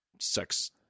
sex